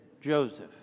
Joseph